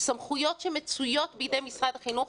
סמכויות שמצויות בידי במשרד החינוך,